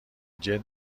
جلد